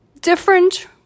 different